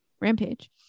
rampage